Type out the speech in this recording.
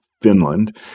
Finland